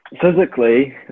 physically